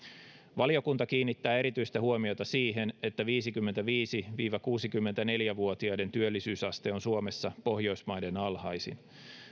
valiokunta kiinnittää erityistä huomiota siihen että viisikymmentäviisi viiva kuusikymmentäneljä vuotiaiden työllisyysaste on suomessa pohjoismaiden alhaisin